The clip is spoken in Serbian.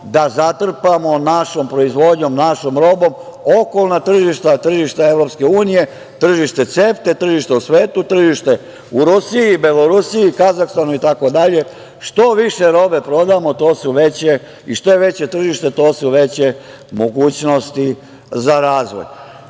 da zatrpamo našom proizvodnjom, našom robom okolna tržišta, tržišta EU, tržište CEFTA-e, tržišta u svetu, tržište u Rusiji i Belorusiji, Kazahstanu itd. Što više robe prodamo i što je veće tržište, to su veće mogućnosti za razvoj. Zato